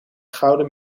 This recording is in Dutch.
gouden